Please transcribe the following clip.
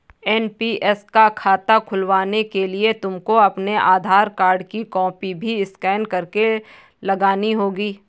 NPS का खाता खुलवाने के लिए तुमको अपने आधार कार्ड की कॉपी भी स्कैन करके लगानी होगी